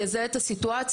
יזהה את הסיטואציה,